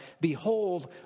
Behold